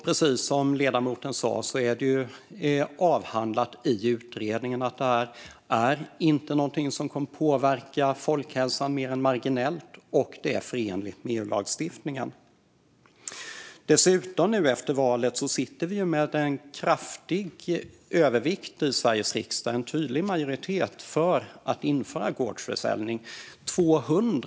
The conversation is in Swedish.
Precis som ledamoten sa är det avhandlat i utredningen att reformen endast kommer att påverka folkhälsan marginellt och att den är förenlig med EU-lagstiftningen. Efter valet sitter vi med en tydlig majoritet i Sveriges riksdag för att införa gårdsförsäljning.